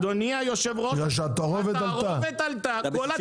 בגלל שהתערובת עלתה, כל ה-